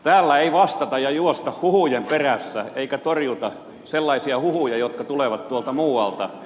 täällä ei juosta huhujen perässä eikä torjuta sellaisia huhuja jotka tulevat muualta